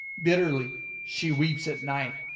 bitterly she weeps at night.